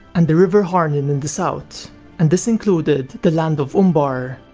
and the river harnen in the south and this included the land of umbar.